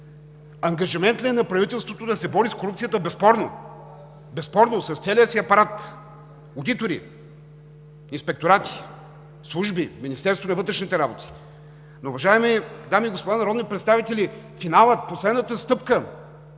Ангажимент ли е на правителството да се бори с корупцията? Безспорно! Безспорно, с целия си апарат – одитори, инспекторати, служби, Министерство на вътрешните работи. Уважаеми дами и господа народни представители, финалът, последната стъпка